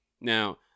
Now